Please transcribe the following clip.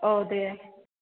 औ दे